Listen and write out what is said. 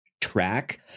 track